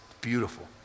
Beautiful